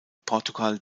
portugal